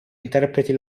interpreti